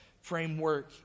framework